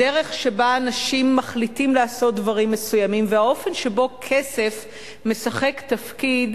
הדרך שבה אנשים מחליטים לעשות דברים מסוימים והאופן שבו כסף משחק תפקיד,